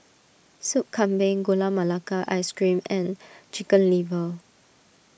Soup Kambing Gula Melaka Ice Cream and Chicken Liver